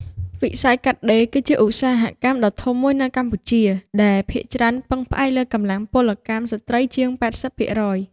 វិស័យកាត់ដេរគឺជា ឧស្សាហកម្មដ៏ធំមួយនៅកម្ពុជា ដែលភាគច្រើនពឹងផ្អែកលើកម្លាំងពលកម្មស្ត្រីជាង ៨០%។